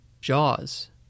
Jaws